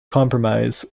compromise